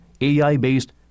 AI-based